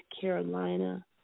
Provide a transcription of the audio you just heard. Carolina